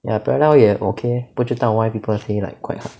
ya parallel 也 okay eh 不知道 why people say like quite hard